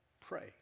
pray